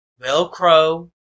Velcro